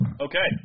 Okay